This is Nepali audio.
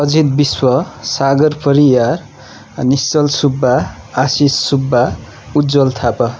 अजित विश्व सागर परियार निश्चल सुब्बा आशीष सुब्बा उज्वल थापा